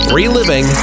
Reliving